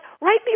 Right